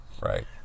Right